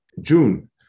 June